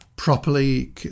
properly